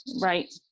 Right